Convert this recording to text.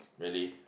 really